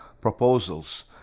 proposals